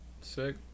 sick